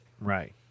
Right